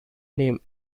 name